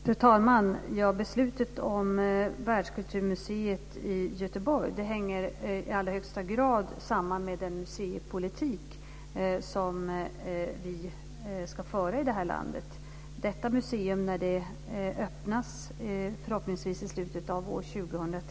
Fru talman! Beslutet om Världskulturmuseet i Göteborg hänger i allra högsta grad samman med den museipolitik som vi ska föra i det här landet. Det här museet öppnas förhoppningsvis i slutet av år 2003.